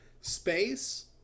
space